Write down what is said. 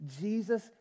Jesus